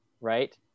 right